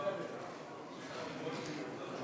נא להצביע.